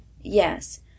Yes